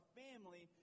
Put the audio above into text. family